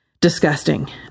disgusting